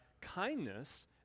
kindness